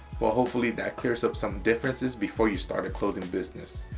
well hopefully that clears up some differences before you start a clothing business.